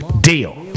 Deal